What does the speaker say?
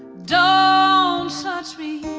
don't um so touch me